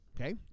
okay